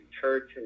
church